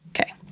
Okay